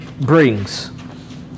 brings